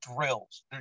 drills